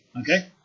Okay